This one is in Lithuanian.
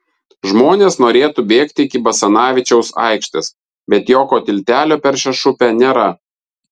žmonės norėtų bėgti iki basanavičiaus aikštės bet jokio tiltelio per šešupę nėra